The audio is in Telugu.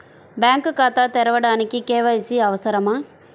బ్యాంక్ ఖాతా తెరవడానికి కే.వై.సి అవసరమా?